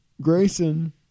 Grayson